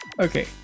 Okay